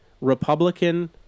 Republican